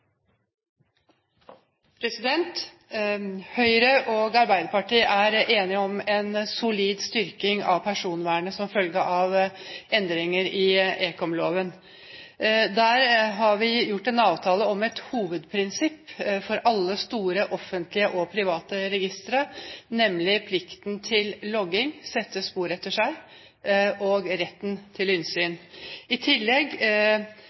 Arbeiderpartiet er enige om en solid styrking av personvernet som følge av endringer i ekomloven. Der har vi gjort en avtale om et hovedprinsipp for alle store offentlige og private registre, nemlig plikten til logging, sette spor etter seg, og retten til innsyn, i tillegg